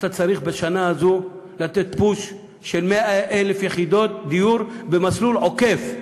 אתה צריך בשנה הזאת לתת push של 100,000 יחידות דיור במסלול עוקף.